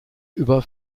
über